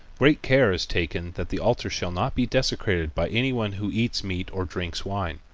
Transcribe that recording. great care is taken that the altar shall not be desecrated by any one who eats meat or drinks wine.